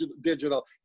digital